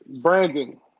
Branding